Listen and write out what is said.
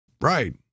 Right